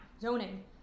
zoning